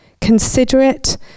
considerate